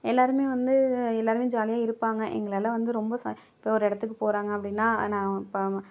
எல்லாேருமே வந்து எல்லாேருமே ஜாலியாக இருப்பாங்க எங்களால் வந்து ரொம்ப சந் இப்போ ஒரு இடத்துக்கு போகிறாங்க அப்படினா ஆனால் பண